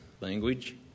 language